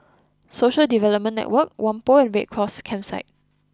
Social Development Network Whampoa and Red Cross Campsite